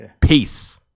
Peace